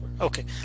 Okay